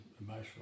emotional